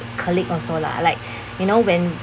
colleague also lah like you know when